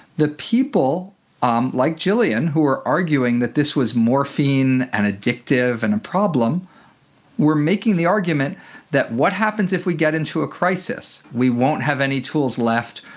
the people um like gillian who are arguing that this was morphine and addictive and a problem were making the argument that what happens if we get into a crisis? we won't have any tools left,